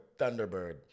Thunderbird